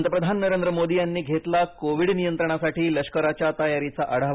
पंतप्रधान नरेंद्र मोदी यांनी घेतला कोविड नियंत्रणासाठी लष्कराच्या तयारीचा आढावा